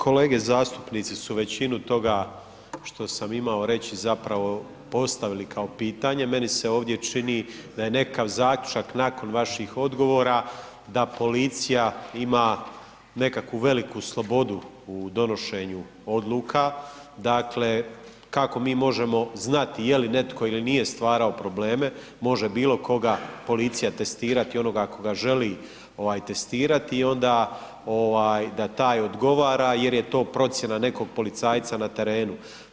Ma kolege zastupnici su većinu toga što sam imao reći zapravo postavili kao pitanje, meni se ovdje čini da je nekakav zaključak nakon vaših odgovora da policija ima nekakvu veliku slobodu u donošenju odluka, dakle kako mi možemo znati je li netko ili nije stvarao probleme, može bilokoga policija testirati, onoga koga želi testirati i onda da taj odgovara jer je to procjena nekog policajca na terenu.